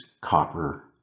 copper